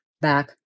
back